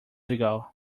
ago